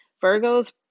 Virgo's